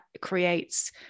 creates